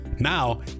Now